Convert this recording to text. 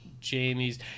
Jamie's